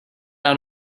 out